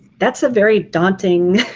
that's a very daunting